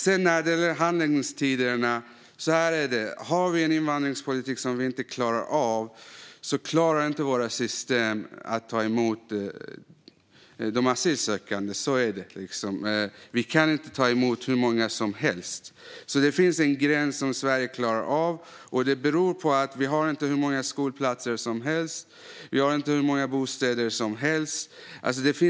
Så till handläggningstiderna. Om vi har en invandringspolitik som inte fungerar klarar våra system inte att ta emot de asylsökande. Vi kan inte ta emot hur många som helst. Det finns en gräns för vad Sverige klarar av. Vi har inte hur många skolplatser och bostäder som helst.